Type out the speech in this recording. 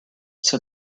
sit